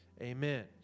Amen